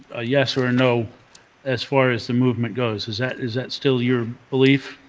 ah yes or no as far as the movement goes. is that is that still your belief?